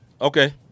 Okay